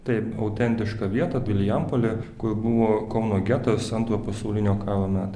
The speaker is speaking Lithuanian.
taip autentišką vietą vilijampolėj kur buvo kauno getas antrojo pasaulinio karo metais